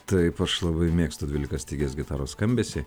taip aš labai mėgstu dvylikastygios gitaros skambesį